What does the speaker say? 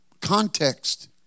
context